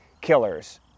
killers